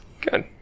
Good